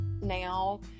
now